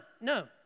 no